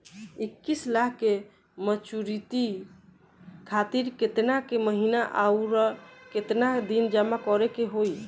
इक्कीस लाख के मचुरिती खातिर केतना के महीना आउरकेतना दिन जमा करे के होई?